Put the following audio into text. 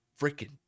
freaking